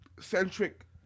centric